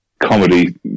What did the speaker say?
comedy